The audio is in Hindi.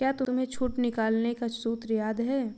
क्या तुम्हें छूट निकालने का सूत्र याद है?